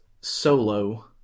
Solo